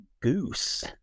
Goose